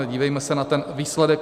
Dívejme se na ten výsledek.